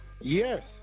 Yes